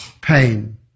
pain